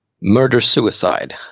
murder-suicide